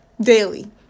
daily